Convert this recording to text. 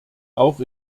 auch